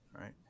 right